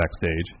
backstage